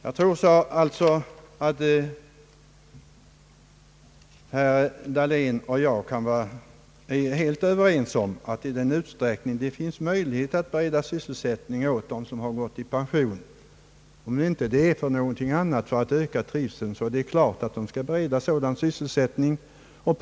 Jag tror således att herr Dahlén och jag kan vara helt överens om att i den utsträckning det finns möjligheter att bereda sysselsättning åt dem som har gått i pension, om inte för någonting annat än för att öka deras trivsel, är det klart att sådan skall. beredas dem.